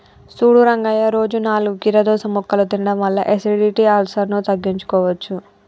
సూడు రంగయ్య రోజు నాలుగు కీరదోస ముక్కలు తినడం వల్ల ఎసిడిటి, అల్సర్ను తగ్గించుకోవచ్చు